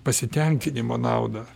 pasitenkinimo naudą